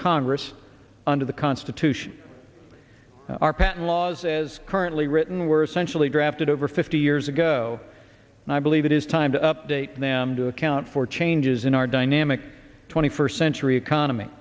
congress under the constitution our patent laws as currently written were essentially drafted over fifty years ago and i believe it is time to update them to account for changes in our dynamic twenty first century economy